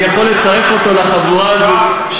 אני יכול לצרף אותו לחבורה הזאת,